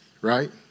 right